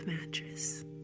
mattress